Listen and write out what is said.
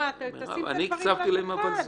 תשים את הדברים על השולחן.